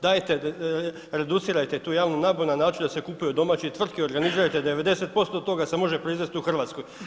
Dajte reducirajte tu javnu nabavu na način da se kupuju od domaće tvrtke, organizirajte, 90% toga se može proizvest u Hrvatskoj.